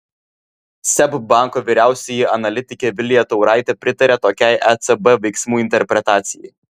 seb banko vyriausioji analitikė vilija tauraitė pritaria tokiai ecb veiksmų interpretacijai